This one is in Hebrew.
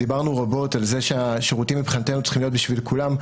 דיברנו רבות על זה שהשירותים מבחינתנו צריכים להיות בשביל כולם,